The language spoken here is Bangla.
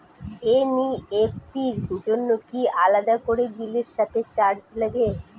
এন.ই.এফ.টি র জন্য কি আলাদা করে বিলের সাথে চার্জ লাগে?